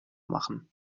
machen